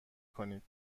کنید